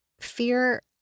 fear